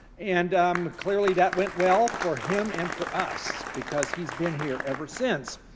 and um clearly that went well for him and for us, because he's been here ever since.